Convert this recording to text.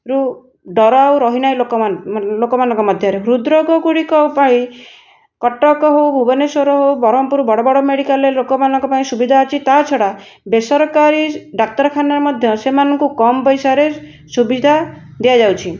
ରୁ ଡର ଆଉ ରହିନାହିଁ ଲୋକମାନଙ୍କ ମଧ୍ୟରେ ହୃଦ୍ରୋଗଗୁଡ଼ିକ ପାଇଁ କଟକ ହେଉ ଭୁବନେଶ୍ୱର ହେଉ ବ୍ରହ୍ମପୁର ବଡ଼ ବଡ଼ ମେଡିକାଲରେ ଲୋକମାନଙ୍କ ପାଇଁ ସୁବିଧା ଅଛି ତା' ଛଡ଼ା ବେସରକାରୀ ଡାକ୍ତରଖାନାରେ ମଧ୍ୟ ସେମାନଙ୍କୁ କମ୍ ପଇସାରେ ସୁବିଧା ଦିଆଯାଉଛି